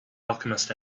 alchemist